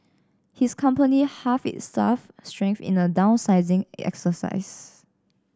his company halved its staff strength in a downsizing exercise